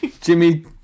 Jimmy